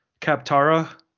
Kaptara